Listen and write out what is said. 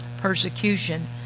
persecution